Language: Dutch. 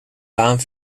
baan